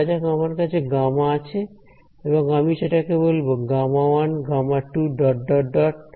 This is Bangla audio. ধরা যাক আমার কাছে গামা Γ আছে এবং আমি সেটাকে বলবো Γ1 Γ2 Γn